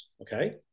Okay